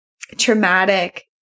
traumatic